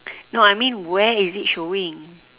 no I mean where is it showing